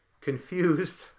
confused